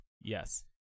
Yes